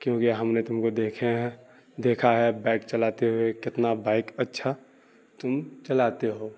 کیونکہ ہم نے تم کو دیکھیں ہیں دیکھا ہے بائک چلاتے ہوئے کتنا بائک اچھا تم چلاتے ہو